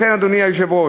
לכן, אדוני היושב-ראש,